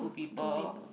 two people